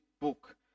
book